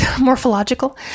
morphological